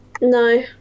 No